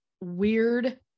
weird